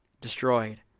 destroyed